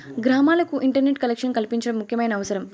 గ్రామాలకు internet collection కల్పించడం ముఖ్యమైన అవసరం